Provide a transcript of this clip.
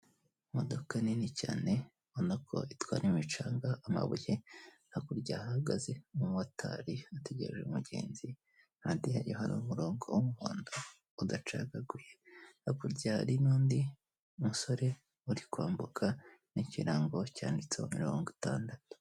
Imodoka nini cyane ubona ko itwara imicanga, amabuye, hakurya hahagaze umumotari utegereje umugenzi, kandi hari umurongo, w'umuhondo udacagaguye, hakurya hari n'undi musore uri kwambuka n'ikirango cyanditseho mirongo itandatu.